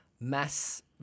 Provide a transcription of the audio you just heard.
Mass